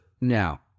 now